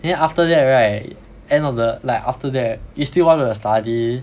then after that right end of the like after that you still want to study